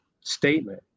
statement